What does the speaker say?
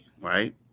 right